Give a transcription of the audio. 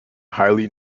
highly